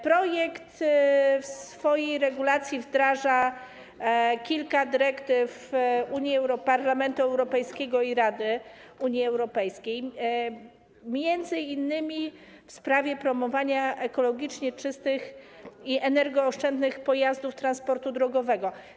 Projekt w zakresie swojej regulacji wdraża kilka dyrektyw Parlamentu Europejskiego i Rady Unii Europejskiej, m.in. w sprawie promowania ekologicznie czystych i energooszczędnych pojazdów transportu drogowego.